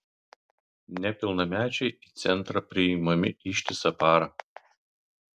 nepilnamečiai į centrą priimami ištisą parą